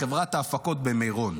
כמה שילמנו השנה לחברת ההפקות במירון?